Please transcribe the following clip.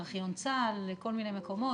ארכיון צה"ל וכל מיני מקומות,